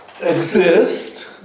exist